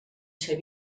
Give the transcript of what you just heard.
ser